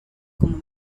como